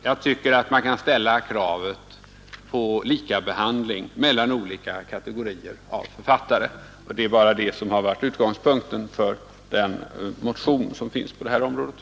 Jag tycker att man kan ställa kravet på likabehandling av olika kategorier av författare, och det är bara det som varit utgångspunkten för den motion som väckts i frågan.